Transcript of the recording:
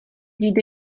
jde